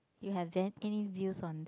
you have any views on that